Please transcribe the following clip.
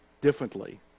differently